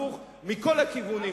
הפוך ומכל הכיוונים,